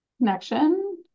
Connection